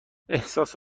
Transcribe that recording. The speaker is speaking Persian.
احساس